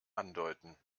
andeuten